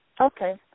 Okay